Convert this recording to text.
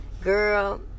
girl